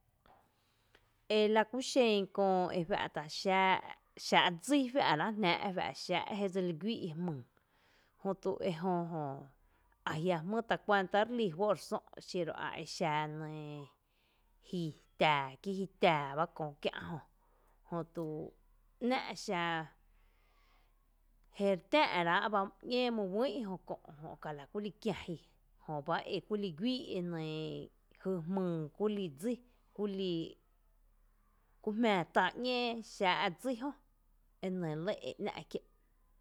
Ela kú xen köö ejuⱥ’ ta xaa’ xáa’ dsí juⱥⱥ’ ráa’ jná’ e jua’ xáa’ jé dseli guíi’ jmyy jötu ejö jö ajia’ jmýy tacuanta relí juó’ re sö’ xiro a exa nee ji tⱥⱥ, kí ji tⱥⱥ ba kö kiá’ ejö jötu ´n´’a’ xa jeri tⱥⱥ’ rá’ bá ‘ñee mý uïy’ jö kö’, kÖ’ ka lakú li kia ji jöba ekuli guíi’ jy jmyy kulí dsi, kuli ku jmⱥⱥ tá ‘ñée xⱥⱥ’ dsi jö e nɇ lɇ e ‘ná’ kié’.